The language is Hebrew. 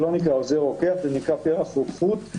זה לא נקרא עוזר רוקח, זה נקרא פרח רוקחות,